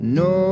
no